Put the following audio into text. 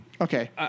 Okay